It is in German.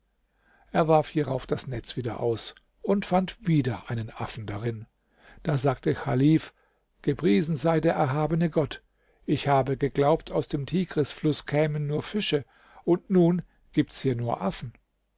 er warf hierauf das netz wieder aus und fand wieder einen affen darin da sagte chalif gepriesen sei der erhabene gott ich habe geglaubt aus dem tigrisfluß kämen nur fische und nun gibt's hier nur affen